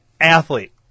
athlete